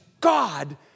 God